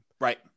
Right